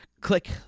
click